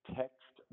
text